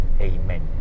Amen